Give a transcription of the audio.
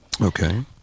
Okay